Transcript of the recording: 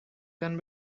can